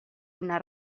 una